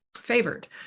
favored